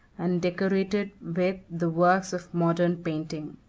and decorated with the works of modern painting.